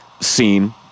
scene